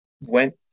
went